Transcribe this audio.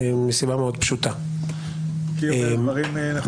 מסיבה מאוד פשוטה --- היא אומרת דברים נכונים מאוד.